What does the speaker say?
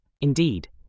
Indeed